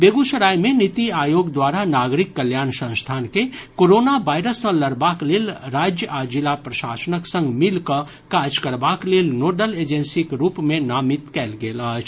बेगूसराय मे नीति आयोग द्वारा नागरिक कल्याण संस्थान के कोरोना वायरस सँ लड़बाक लेल राज्य आ जिला प्रशासनक संग मिलि कऽ काज करबाक लेल नोडल एजेंसीक रूप मे नामित कयल गेल अछि